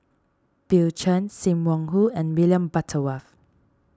Bill Chen Sim Wong Hoo and William Butterworth